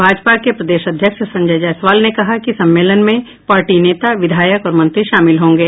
भाजपा के प्रदेश अध्यक्ष संजय जायसवाल ने कहा कि सम्मेलन में पार्टी नेता विधायक और मंत्री शामिल होंगे